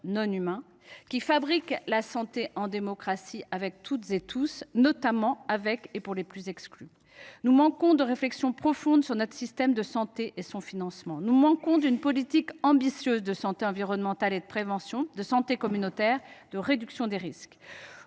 non humains –, qui fabrique la santé de manière démocratique avec toutes et tous, notamment avec et pour les plus exclus. Nous manquons de réflexion profonde sur notre système de santé et son financement. Nous manquons d’une politique ambitieuse de santé environnementale et de prévention, de santé communautaire, de réduction des risques.